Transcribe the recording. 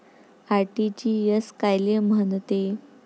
RTGS कायले म्हनते?